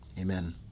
Amen